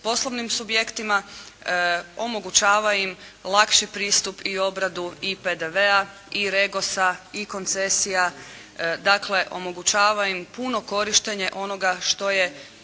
poslovnim subjektima. Omogućava im lakši pristup i obradu i PDV-a i REGOS-a i koncesija. Dakle, omogućava im puno korištenje onoga što je